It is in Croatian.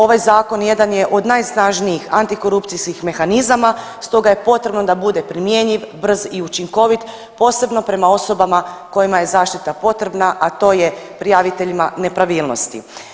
Ovaj zakon jedan je od najsnažnijih antikorupcijskih mehanizama stoga je potrebno da bude primjenjiv, brz i učinkovit, posebno prema osobama kojima je zaštita potrebna, a to je prijaviteljima nepravilnosti.